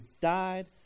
died